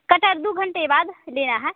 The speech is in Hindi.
कटहल दो घंटे बाद लेना है